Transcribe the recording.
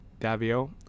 Davio